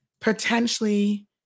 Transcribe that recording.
potentially